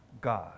God